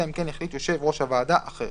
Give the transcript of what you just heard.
אלא אם כן החליט יושב ראש הוועדה אחרת.